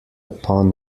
upon